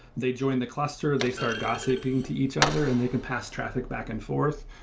they join the cluster, they start gossiping to each other and they can pass traffic back and forth.